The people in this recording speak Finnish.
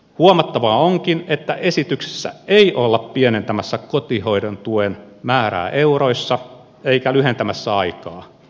huomattavaa onkin että esityksessä ei olla pienentämässä kotihoidon tuen määrää euroissa eikä lyhentämässä aikaa